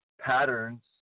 patterns